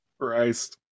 christ